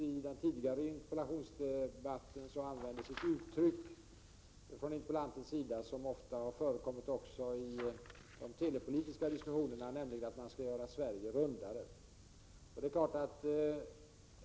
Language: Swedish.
I den tidigare interpellationsdebatten alldeles nyss använde interpellanten ett uttryck som ofta har förekommit också i de telepolitiska diskussionerna, nämligen att man skall göra Sverige rundare.